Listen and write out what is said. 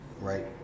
Right